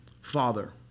father